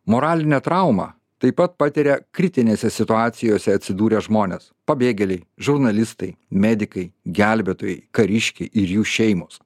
moralinę traumą taip pat patiria kritinėse situacijose atsidūrę žmonės pabėgėliai žurnalistai medikai gelbėtojai kariškiai ir jų šeimos